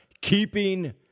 keeping